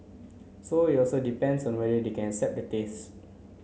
so it also depends on whether they can accept the taste